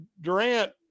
Durant